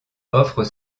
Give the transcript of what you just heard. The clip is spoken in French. offrent